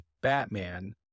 Batman